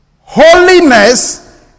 Holiness